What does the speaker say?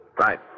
Right